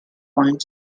point